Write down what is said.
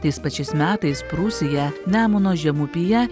tais pačiais metais prūsiją nemuno žemupyje